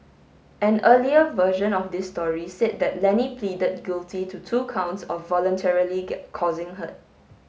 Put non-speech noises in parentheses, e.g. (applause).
an earlier version of this story said that Lenny pleaded guilty to two counts of voluntarily (unintelligible) causing hurt